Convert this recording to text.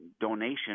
donation